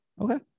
Okay